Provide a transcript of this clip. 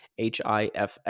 HIFS